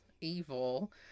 evil